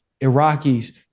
Iraqis